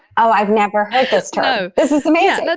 i've never heard this term. this is amazing. but